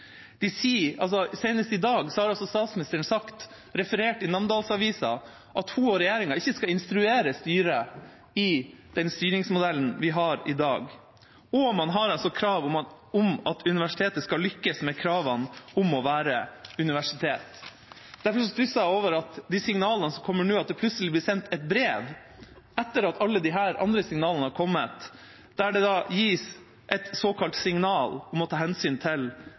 Senest i dag har statsministeren sagt – referert i Namdalsavisa – at hun og regjeringa ikke skal instruere styret i den styringsmodellen vi har i dag. Man har også krav om at universitetet skal lykkes med kravene til å være universitet. Derfor stusser jeg over de signalene som kommer nå, og at det plutselig har blitt sendt et brev, etter at alle disse andre signalene har kommet, der det gis et såkalt signal om å ta hensyn til